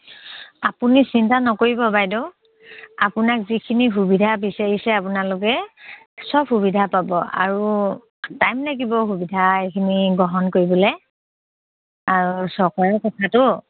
আপুনি চিন্তা নকৰিব বাইদেউ আপোনাক যিখিনি সুবিধা বিচাৰিছে আপোনালোকে চব সুবিধা পাব আৰু টাইম লাগিব সুবিধা এইখিনি গ্ৰহণ কৰিবলে আৰু চৰকাৰৰ কথাটো